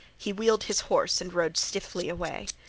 he wheeled his horse and rode stiffly away.